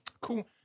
Cool